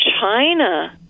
China